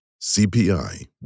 CPI